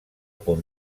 punt